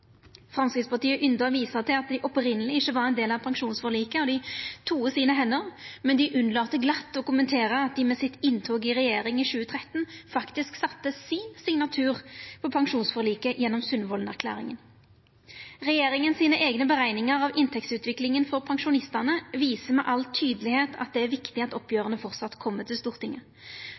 var ein del av pensjonsforliket, og dei «toer» sine hender, men unnlèt glatt å kommentera at dei med sitt inntog i regjering i 2013 faktisk sette sin signatur på pensjonsforliket gjennom Sundvolden-erklæringa. Regjeringa sine eigne berekningar av inntektsutviklinga for pensjonistane viser tydeleg at det er viktig at oppgjera kjem til Stortinget.